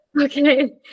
Okay